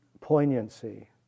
poignancy